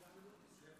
כבוד היושב-ראש,